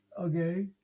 Okay